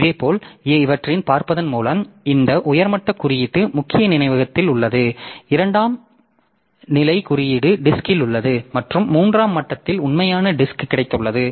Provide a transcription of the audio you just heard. இதேபோல் இவற்றைப் பார்ப்பதன் மூலம் இந்த உயர்மட்ட குறியீட்டு முக்கிய நினைவகத்தில் உள்ளது இரண்டாம் நிலை குறியீடு டிஸ்க்ல் உள்ளது மற்றும் மூன்றாம் மட்டத்தில் உண்மையான டிஸ்க் கிடைத்துள்ளது